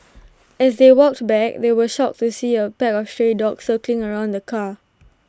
as they walked back they were shocked to see A pack of stray dogs circling around the car